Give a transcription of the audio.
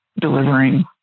delivering